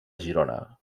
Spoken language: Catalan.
girona